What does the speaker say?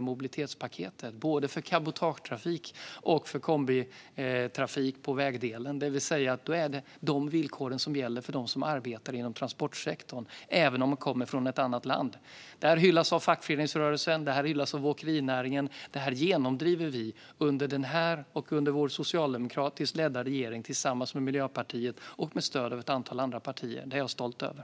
dag ett för både cabotagetrafik och kombitrafik på vägen, det vill säga att det är de villkoren som gäller för dem som arbetar i transportsektorn även om de kommer från ett annat land. Det här hyllas av fackföreningsrörelsen. Det här hyllas av åkerinäringen. Det här genomdriver vi under den här regeringen, vår socialdemokratiskt ledda regering, tillsammans med Miljöpartiet och med stöd av ett antal andra partier. Det är jag stolt över.